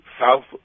south